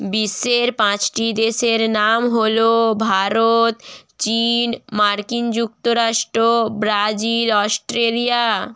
বিশ্বের পাঁচটি দেশের নাম হলো ভারত চীন মার্কিন যুক্তরাষ্ট ব্রাজিল অস্ট্রেলিয়া